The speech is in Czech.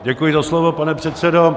Děkuji za slovo, pane předsedo.